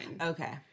Okay